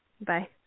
Bye